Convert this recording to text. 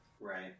Right